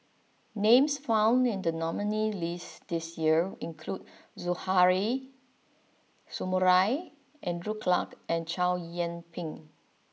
names found in the nominees' list this year include Suzairhe Sumari Andrew Clarke and Chow Yian Ping